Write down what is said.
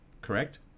correct